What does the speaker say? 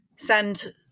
send